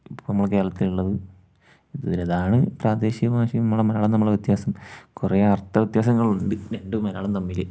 ഇപ്പോൾ നമ്മുടെ കേരളത്തിലുള്ളത് ഇതാണ് പ്രാദേശിക ഭാഷയും നമ്മുടെ മലയാളവും തമ്മിലുള്ള വ്യത്യാസം കുറേ അർത്ഥ വ്യത്യാസങ്ങളുണ്ട് രണ്ട് മലയാളം തമ്മിൽ